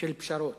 של פשרות,